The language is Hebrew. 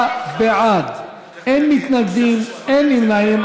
26 בעד, אין מתנגדים, אין נמנעים.